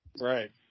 Right